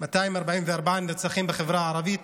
244 נרצחים בחברה הערבית